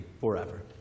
forever